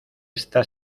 esta